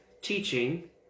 teaching